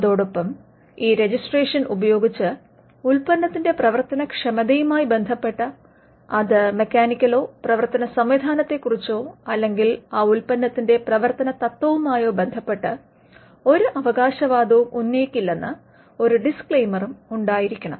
അതോടൊപ്പം ഈ രെജിസ്ട്രേഷൻ ഉപയോഗിച്ച് ഉല്പന്നത്തിന്റെ പ്രവർത്തനക്ഷമതയുമായി ബന്ധപ്പെട്ട അത് മെക്കാനിക്കലോ പ്രവർത്തന സംവിധാനത്തെ കുറിച്ചോ അല്ലെങ്കിൽ ആ ഉല്പന്നത്തിന്റെ പ്രവർത്തന തത്വവുമായോ ബന്ധപെട്ട് ഒരു അവകാശവാദവും ഉന്നയിക്കില്ലെന്ന് ഒരു ഡിസ്ക്ലെയ്മറും ഉണ്ടായിരിക്കണം